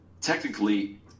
Technically